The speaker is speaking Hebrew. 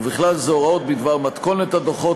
ובכלל זה הוראות בדבר מתכונת הדוחות,